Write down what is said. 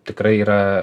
tikrai yra